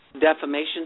defamation